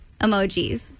emojis